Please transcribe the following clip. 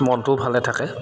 মনটোও ভালে থাকে